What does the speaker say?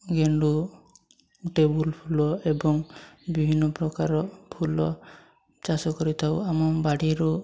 ଗେଣ୍ଡୁ ଟେବୁଲ୍ ଫୁଲ ଏବଂ ବିଭିନ୍ନ ପ୍ରକାର ଫୁଲ ଚାଷ କରିଥାଉ ଆମ ବାଡ଼ିରୁ